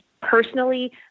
personally